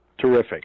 Terrific